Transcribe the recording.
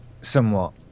somewhat